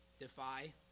defy